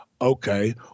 okay